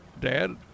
dad